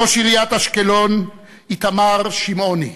ראש עיריית אשקלון איתמר שמעוני,